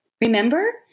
Remember